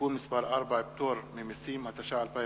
(תיקון מס' 4) (פטור ממסים), התש"ע 2010,